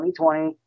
2020